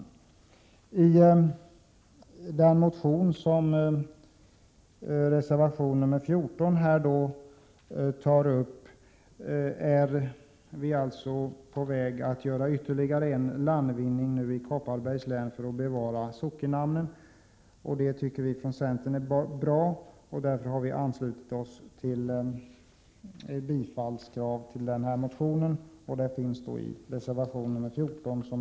Kraven i den motion som reservation bygger på syftar till att göra ytterligare en landvinning på detta område för att bevara sockennamnen i Kopparbergs län. Det tycker vi från centern är bra. Därför har vi anslutit oss till kravet på tillstyrkande av denna motion.